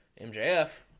MJF